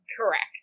correct